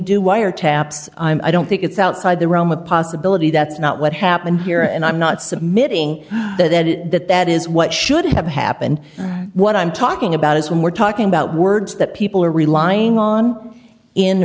do wire taps i don't think it's outside the realm of possibility that's not what happened here and i'm not submitting that that is what should have happened what i'm talking about is when we're talking about words that people are relying on in